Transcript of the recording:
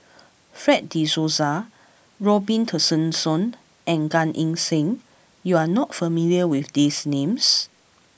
Fred De Souza Robin Tessensohn and Gan Eng Seng you are not familiar with these names